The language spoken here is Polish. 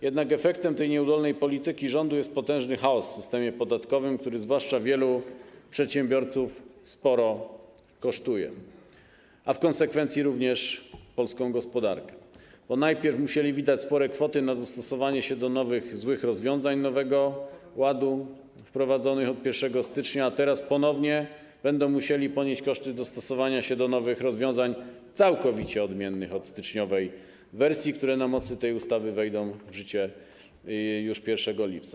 Jednak efektem tej nieudolnej polityki rządu jest potężny chaos w systemie podatkowym, który zwłaszcza wielu przedsiębiorców sporo kosztuje, a w konsekwencji również polską gospodarkę, bo najpierw trzeba było wydać spore kwoty na dostosowanie się do nowych złych rozwiązań Nowego Ładu wprowadzonych od 1 stycznia, a teraz ponownie trzeba będzie ponieść koszty dostosowania się do nowych rozwiązań całkowicie odmiennych od styczniowej wersji, które na mocy tej ustawy wejdą w życia już 1 lipca.